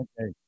Okay